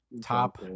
Top